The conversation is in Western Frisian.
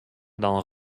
dan